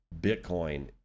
Bitcoin